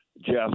Jeff